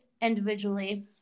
individually